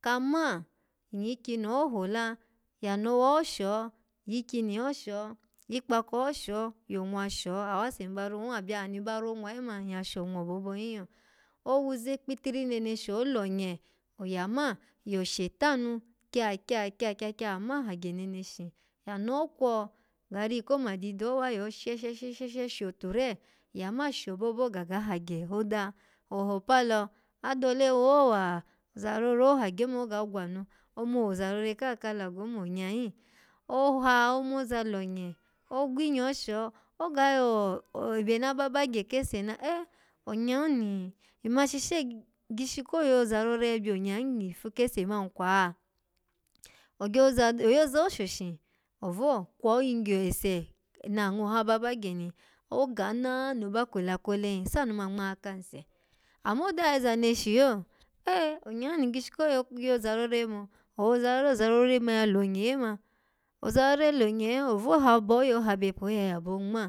kama, inyi kyini ho hola, yano ho sho, yikyini ho sho, yikpako ho sho, yikpako ho sho, yonwa sho awase ni ba ronwa-byaha ni ba ronwa lo mani nyya shonwa obobo hin lo owuze kpitiri neneshi donye, oya ma yoshe tanu kya kya kyakyakya, ama hagye neneshi yano kwo, ga riyi komadidi ho wa yo she sheshe sheshe shoture, yama shobobo gaga hagye oda, ohopalo, adole woho wa? Ozarore ho hagye oma oga gwanu omo wo ozarore ka ka alago omo onya hin oha omo woza lonye, ogwinyo sho oga yo-o-ebe na ba bagye kese ni eh! Onya hin oni, nmashishe gishi ko yozarore byonya ni ifu kese man kwa? Ogyoa-oyoza ho shoshi ovo, kwo yigye ese nango ha ba bagye ni, kwananoho ba kela kelo hin, sanu ma ngmakanu se amma odo ya yoza neshi lo, eh onyan ni gishi ko yo-yozarore nbo ohozarore, ozaroe ma ya lonye imbo ozarore lonye yo ovo habo oye, ohabo epa, oya yabo him ngma.